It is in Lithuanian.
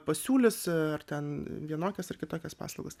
pasiūlys ar ten vienokias ar kitokias paslaugas